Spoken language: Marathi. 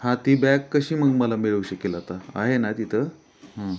हां ती बॅग कशी मग मला मिळू शकेल आता आहे ना तिथं हां